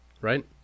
Right